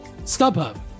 StubHub